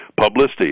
publicity